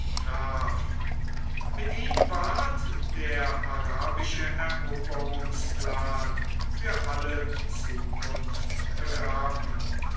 traf mit ihm ward der arabische eroberungsplan für alle zukunft begraben